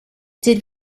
did